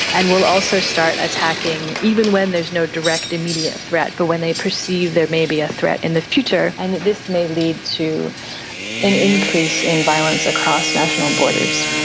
and will also start attacking even when there is no direct immediate threat but when they perceive there may be a threat in the future and that this may lead to an increase in violence across national borders.